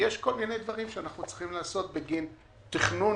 יש כל מיני דברים שאנחנו צריכים לעשות בגין תכנון